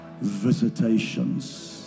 visitations